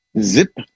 Zip